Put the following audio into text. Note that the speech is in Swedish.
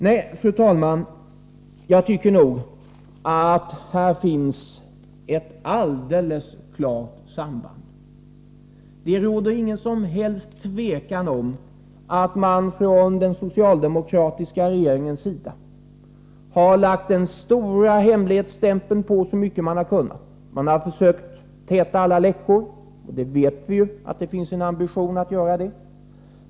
Nej, fru talman, jag tycker nog att det här finns ett alldeles klart samband. Det råder inget som helst tvivel om att man från den socialdemokratiska regeringens sida har lagt den stora hemligstämpeln på, så mycket man har kunnat. Man har försökt täta alla läckor — och vi vet ju att det finns en ambition att göra det.